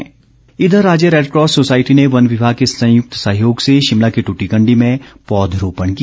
Red Cross पौधरोपण इधर राज्य रेडक्रॉस सोसायटी ने वन विभाग के संयुक्त सहयोग से शिमला के टूटीकंडी में पौधरोपण किया